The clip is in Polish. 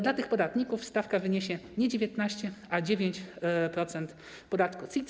Dla tych podatników stawka wyniesie nie 19%, ale 9% podatku CIT.